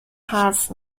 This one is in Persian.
حرف